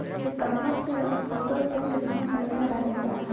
सितंबर से अक्टूबर तक कितना पैसा रहल ह?